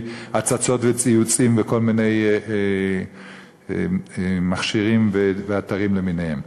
הצצות וציוצים בכל מיני מכשירים ואתרים למיניהם.